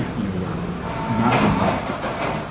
you know where the massive mortgage defaults